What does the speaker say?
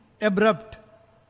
abrupt